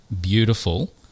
beautiful